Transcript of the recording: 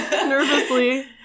Nervously